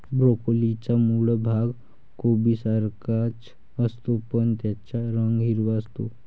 ब्रोकोलीचा मूळ भाग कोबीसारखाच असतो, पण त्याचा रंग हिरवा असतो